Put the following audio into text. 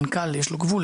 ולמנכ"ל יש גבול,